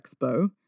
Expo